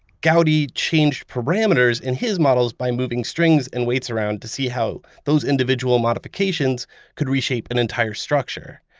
gaudi changed parameters in his models by moving strings and weights around to see how those individual modifications could reshape an entire structure.